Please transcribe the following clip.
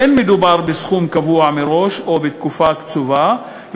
אין מדובר בסכום קבוע מראש או בתקופה קצובה,